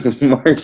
Mark